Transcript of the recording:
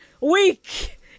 week